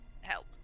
help